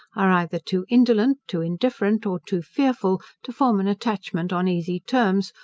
are either too indolent, too indifferent, or too fearful to form an attachment on easy terms,